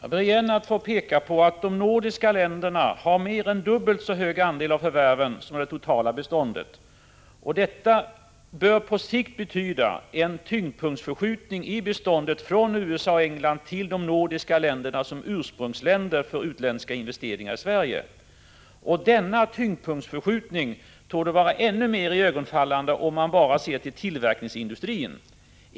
Herr talman! Jag ber återigen att få peka på att de nordiska länderna har mer än dubbelt så hög andel av förvärven som det totala beståndet. Detta bör på sikt betyda en tyngdpunktsförskjutning i beståndet från USA/England till de nordiska länderna som ursprungsländer för utländska investeringar i Sverige. Denna tyngdpunktsförskjutning torde vara ännu mer iögonenfallande om man bara ser till tillverkningsindustrin.